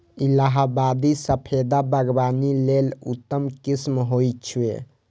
इलाहाबादी सफेदा बागवानी लेल उत्तम किस्म होइ छै